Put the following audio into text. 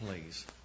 please